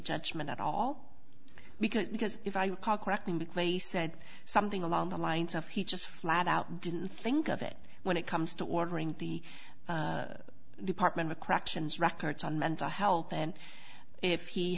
judgment at all because because if i recall correctly mcveigh said something along the lines of he just flat out didn't think of it when it comes to ordering the department of corrections records on mental health and if he